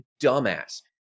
dumbass